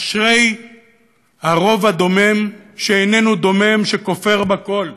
אשרי הרוב הדומם שאיננו דומם, שכופר בכול,